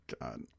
God